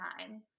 time